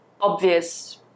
obvious